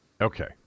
Okay